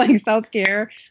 self-care